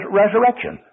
resurrection